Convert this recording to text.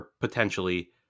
potentially